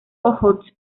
ojotsk